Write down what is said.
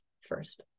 first